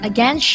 Again